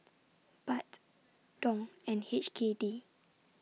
Baht Dong and H K D